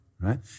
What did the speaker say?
right